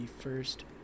first